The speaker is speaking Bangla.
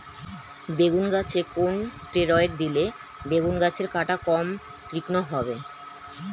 বেগুন গাছে কোন ষ্টেরয়েড দিলে বেগু গাছের কাঁটা কম তীক্ষ্ন হবে?